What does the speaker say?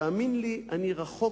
תאמין לי, אני רחוק,